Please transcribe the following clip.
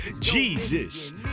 Jesus